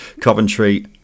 Coventry